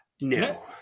No